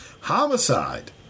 Homicide